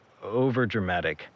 overdramatic